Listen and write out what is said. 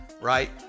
right